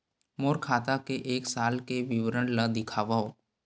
मोर खाता के एक साल के विवरण ल दिखाव?